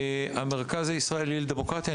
המרכז הישראלי לדמוקרטיה.